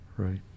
Right